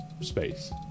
space